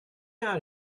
out